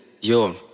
yo